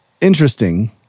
interesting